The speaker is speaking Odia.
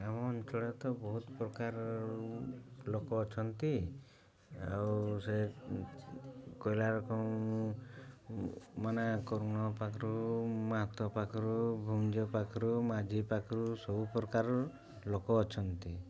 ଆମ ଅଞ୍ଚଳରେ ତ ବହୁତ ପ୍ରକାର ଲୋକ ଅଛନ୍ତି ଆଉ ସେ କହିଲା ରକମ ମାନେ କରୁଣ ପାଖରୁ ମାଥ ପାଖରୁ ଭୁଞ୍ଜ ପାଖରୁ ମାଝି ପାଖରୁ ସବୁ ପ୍ରକାର ଲୋକ ଅଛନ୍ତି